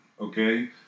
okay